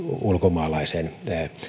ulkomaalaisen